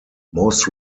most